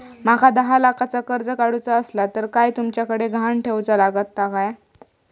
माका दहा लाखाचा कर्ज काढूचा असला तर काय तुमच्याकडे ग्हाण ठेवूचा लागात काय?